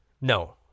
No